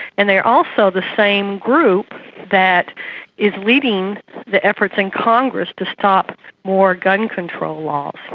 and they are also the same group that is leading the efforts in congress to stop more gun control laws.